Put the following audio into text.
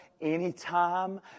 anytime